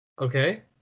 Okay